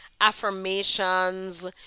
affirmations